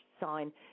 sign